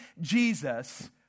Jesus